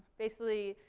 basically,